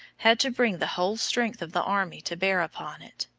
had to bring the whole strength of the army to bear upon it.